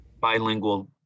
bilingual